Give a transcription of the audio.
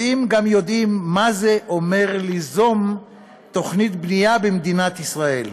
יודעים גם יודעים מה זה אומר ליזום תוכנית בנייה במדינת ישראל.